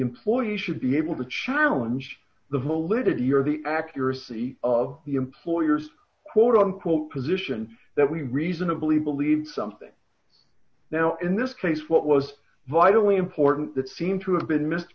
employee should be able to challenge the validity or the accuracy of the employer's quote unquote position that we reasonably believe something now in this case what was vitally important that seemed to have been missed